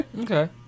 Okay